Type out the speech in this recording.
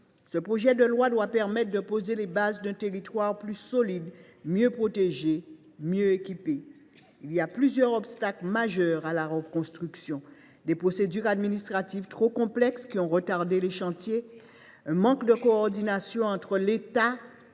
Ce projet de loi doit permettre de poser les bases d’un territoire plus solide, mieux protégé, mieux équipé. Il y a plusieurs obstacles majeurs à la reconstruction : des procédures administratives trop complexes qui retardent les chantiers ; un manque de coordination entre l’État